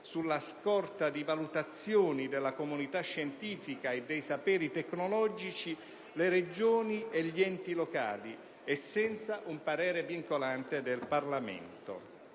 sulla scorta di valutazioni della comunità scientifica e dei saperi tecnologici, le Regioni e gli enti locali e senza un parere vincolante del Parlamento.